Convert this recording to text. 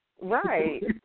Right